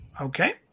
Okay